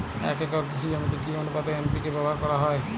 এক একর কৃষি জমিতে কি আনুপাতে এন.পি.কে ব্যবহার করা হয়?